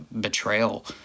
betrayal